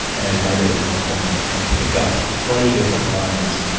as i did at one point, and pick up twenty different lines,